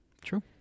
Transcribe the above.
True